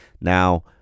Now –